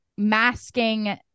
Masking